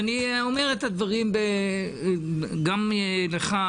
אני אומר את הדברים גם לך,